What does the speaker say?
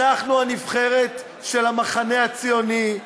אנחנו, הנבחרת של המחנה הציוני,